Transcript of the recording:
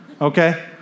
Okay